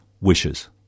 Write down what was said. wishes